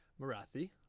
Marathi